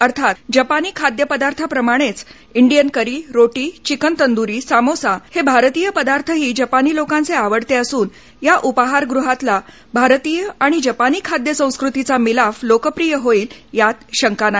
अर्थात जपानी खाद्यपदार्थांप्रमाणेच इंडियन करी रोटी चिकन तंदुरी समोसा हे भारतीय पदार्थही जपानी लोकांचे आवडते असून या उपाहासृहातला भारतीय आणि जपानी खाद्यसंस्कृतीचा मिलाफ लोकप्रिय होईल यात शंका नाही